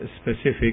specific